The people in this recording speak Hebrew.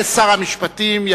לשר המשפטים.